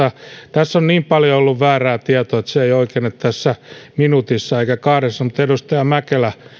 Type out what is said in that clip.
tässä on niin paljon ollut väärää tietoa että se ei oikene tässä minuutissa eikä kahdessa mutta edustaja mäkelä